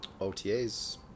OTA's